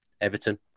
Everton